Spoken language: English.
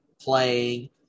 playing